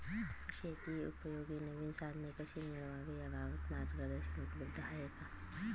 शेतीउपयोगी नवीन साधने कशी मिळवावी याबाबत मार्गदर्शन उपलब्ध आहे का?